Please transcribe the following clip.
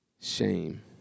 shame